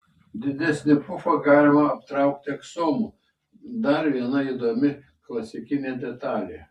didesnį pufą galima aptraukti aksomu dar viena įdomi klasikinė detalė